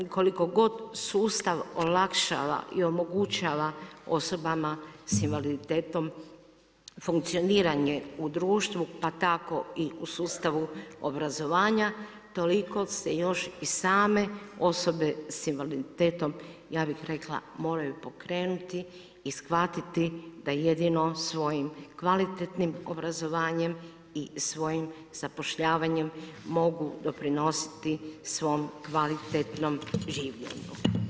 Koliko god sustav olakšava i omogućava osobama sa invaliditetom funkcioniranje u društvu pa tako i u sustavu obrazovanja toliko se još i same osobe sa invaliditetom, ja bih rekla moraju pokrenuti i shvatiti da jedino svojim kvalitetnim obrazovanjem i svojim zapošljavanjem mogu doprinositi svom kvalitetnom življenju.